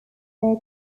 their